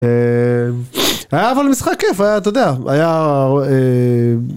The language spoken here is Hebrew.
אהה.. היה אבל משחק כיף, היה אתה יודע, היה אהה..